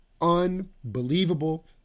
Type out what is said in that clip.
unbelievable